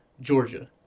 Georgia